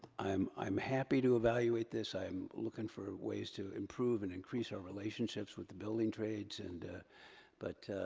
i'm i'm happy to evaluate this, i'm looking for ways to improve and increase our relationships with the building trades, and but,